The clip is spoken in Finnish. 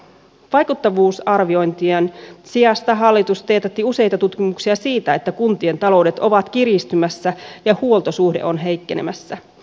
vaikuttavuusarviointien sijasta hallitus teetätti useita tutkimuksia siitä että kuntien taloudet ovat kiristymässä ja huoltosuhde on heikkenemässä